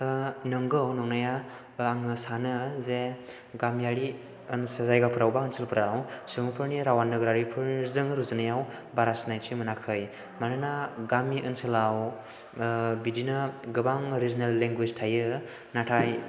नंगौ नंनाया आङो सानो जे गामियारि ओनसोल जायगाफोराव एबा ओनसोलफोराव सुबुंफोरनि रावआ नोगोरारिफोरजों रुजुनायाव बारा सिनायथि मोनाखै मानोना गामि ओनसोलाव बिदिनो गोबां रिजोनेल लेंगुवेज थायो नाथाय